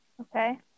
Okay